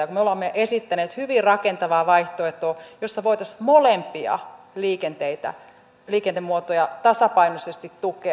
me olemme esittäneet hyvin rakentavaa vaihtoehtoa jossa voitaisiin molempia liikennemuotoja tasapainoisesti tukea